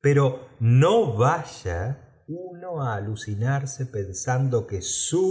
pero no vaya uno á alucinarse pensando que su